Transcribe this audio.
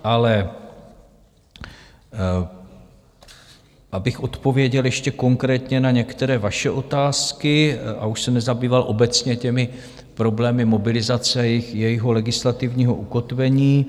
Ale abych odpověděl ještě konkrétně na nějaké vaše otázky a už se nezabýval obecně problémy mobilizace a jejího legislativního ukotvení.